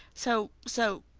so. so.